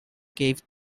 gave